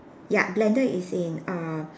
yup blender is in uh